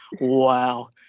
wow